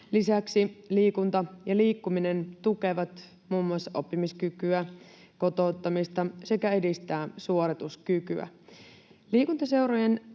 Lisäksi liikunta ja liikkuminen tukevat muun muassa oppimiskykyä ja kotouttamista sekä edistävät suorituskykyä.